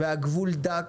והגבול דק